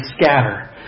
scatter